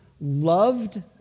loved